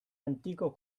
antico